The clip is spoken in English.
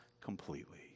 completely